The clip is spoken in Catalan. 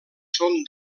són